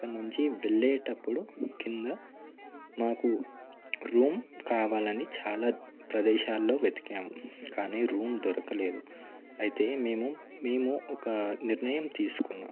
అక్కడ నుంచి వెళ్ళేటప్పుడు కింద మాకు రూమ్ కావాలని చాలా ప్రదేశాల్లో వెతికాము కానీ రూమ్ దొరకలేదు అయితే మేము మేము ఒక నిర్ణయం తీసుకున్నాం